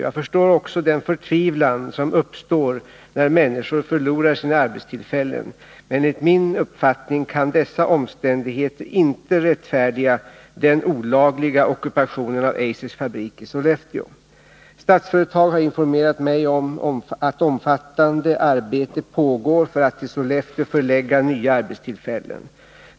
Jag förstår också den förtvivlan som uppstår när människor förlorar sina arbetstillfällen, men enligt min uppfattning kan dessa omständigheter inte rättfärdiga den olagliga ockupationen av Eisers fabrik i Sollefteå. Statsföretag har informerat mig om att omfattande arbete pågår för att till Sollefteå förlägga nya arbetstillfällen.